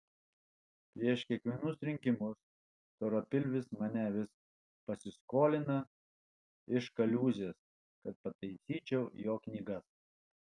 prieš kiekvienus rinkimus storapilvis mane vis pasiskolina iš kaliūzės kad pataisyčiau jo knygas